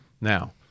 Now